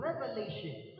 revelation